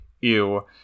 Ew